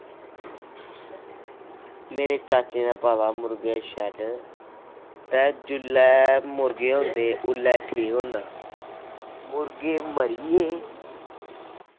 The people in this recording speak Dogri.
मेरे चाचे पाए दा मुर्गे दा शेड ते जोल्लै मुर्गे होंदे उल्लै ठीक होंदा मुर्गे मरिये